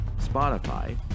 Spotify